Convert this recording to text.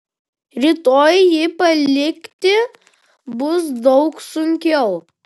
rytoj jį palikti bus daug sunkiau